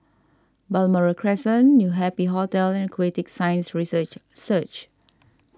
Balmoral Crescent New Happy Hotel and Aquatic Science Research Centre